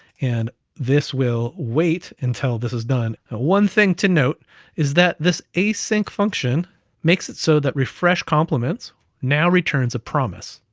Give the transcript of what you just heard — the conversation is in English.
and this will wait until this is done. ah one thing to note is that this async function makes it so that refresh compliments now returns a promise.